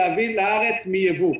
להביא לארץ מייבוא.